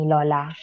Lola